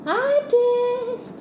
ideas